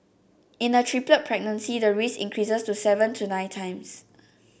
in a triplet pregnancy the risk increases to seven to nine times